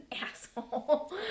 asshole